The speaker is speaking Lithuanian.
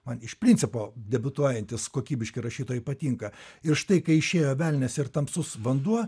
man iš principo debiutuojantys kokybiški rašytojai patinka ir štai kai išėjo velnias ir tamsus vanduo